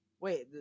Wait